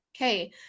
Okay